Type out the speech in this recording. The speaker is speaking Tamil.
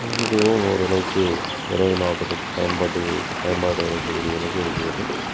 இதுவும் ஓரளவுக்கு தர்மபுரி மாவட்டத்திற்கு பயன்பாட்டு பயன்பாடு விளவிக்கக் கூடிய அளவுக்கு இருக்கிறது